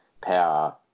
power